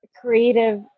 creative